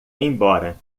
embora